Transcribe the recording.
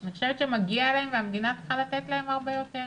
אני חושבת שמגיע להם והמדינה צריכה לתת להם הרבה יותר.